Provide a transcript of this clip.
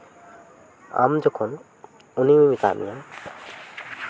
ᱟᱢ ᱡᱚᱠᱷᱚᱱ ᱩᱱᱤ ᱢᱮᱛᱟᱜ ᱢᱮᱭᱟᱭ